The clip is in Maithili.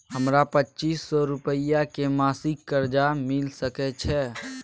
हमरा पच्चीस सौ रुपिया के मासिक कर्जा मिल सकै छै?